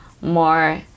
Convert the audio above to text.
more